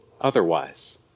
otherwise